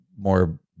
more